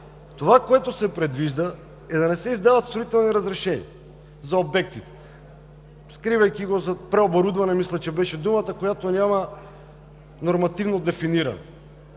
Това, което се предвижда, е да не се издават строителни разрешения за обекти, скривайки го зад преоборудване, мисля, че беше думата, която няма нормативно дефиниране,